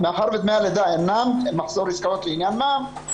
מאחר ודמי הלידה אינם מחזור עסקאות לעניין מע"מ,